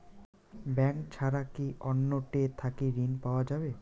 Bank ছাড়া কি অন্য টে থাকি ঋণ পাওয়া যাবে?